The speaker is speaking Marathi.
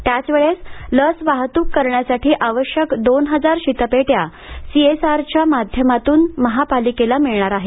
त्याचवेळी लस वाहतूक करण्यायसाठी आवश्यकक दोन हजार शीतपेटया सीएसआरच्याह माध्यकमातून महापालिकेला मिळणार आहेत